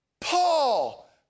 Paul